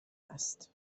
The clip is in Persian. است